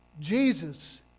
Jesus